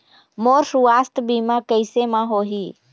मोर सुवास्थ बीमा कैसे म होही?